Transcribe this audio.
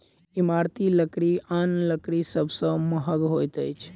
इमारती लकड़ी आन लकड़ी सभ सॅ महग होइत अछि